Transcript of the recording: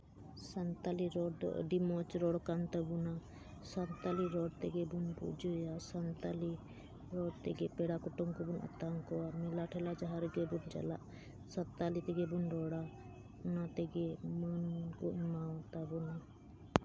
ᱥᱟᱱᱛᱟᱞᱤ ᱨᱚᱲ ᱫᱚ ᱟᱹᱰᱤ ᱢᱚᱡᱽ ᱨᱚᱲ ᱠᱟᱱ ᱛᱟᱵᱳᱱᱟ ᱥᱟᱱᱛᱟᱞᱤ ᱨᱚᱲ ᱛᱮᱜᱮ ᱵᱚᱱ ᱵᱩᱡᱷᱟᱹᱭᱟ ᱥᱟᱱᱛᱟᱞᱤ ᱨᱚᱲ ᱛᱮᱜᱮ ᱯᱮᱲᱟ ᱠᱩᱴᱩᱢ ᱠᱚᱵᱚᱱ ᱟᱛᱟᱝ ᱠᱚᱣᱟ ᱢᱮᱞᱟ ᱴᱷᱮᱞᱟ ᱡᱟᱦᱟᱸ ᱨᱮᱜᱮ ᱵᱚᱱ ᱪᱟᱞᱟᱜ ᱥᱟᱶᱛᱟᱞᱤ ᱛᱮᱜᱮ ᱵᱚᱱ ᱨᱚᱲᱟ ᱚᱱᱟ ᱛᱮᱜᱮ ᱢᱟᱹᱱ ᱠᱚ ᱮᱢᱟᱣ ᱛᱟᱵᱚᱱᱟ